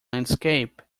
landscape